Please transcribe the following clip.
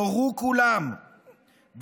נורו כולם,